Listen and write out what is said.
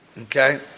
Okay